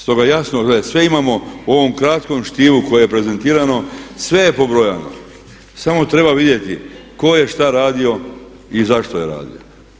Stoga jasno, gle sve imamo u ovom kratkom štivu koje je prezentirano, sve je pobrojano samo treba vidjeti tko je šta radio i zašto je radio.